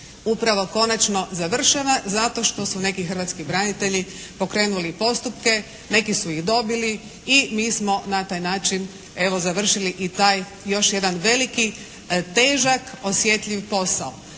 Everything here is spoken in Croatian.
upravo konačno završava tako što su neki hrvatski branitelji pokrenuli postupke, neki su ih dobili i mi smo na taj način evo, završili i taj još jedan veliki težak, osjetljiv posao!